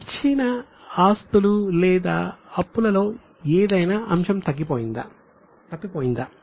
ఇప్పుడు ఆస్తులు లేదా అప్పులలో ఏదైనా అంశం తప్పిపోయిందా